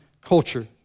culture